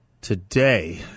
today